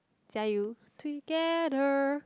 jiayou together